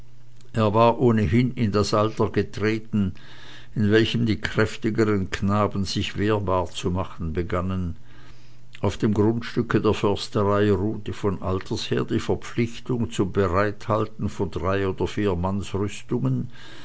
er war ohnehin in das alter getreten in welchem die kräftigeren knaben sich wehrbar zu machen begannen auf dem grundstücke der försterei ruhte von alters her die verpflichtung zum bereithalten von drei oder vier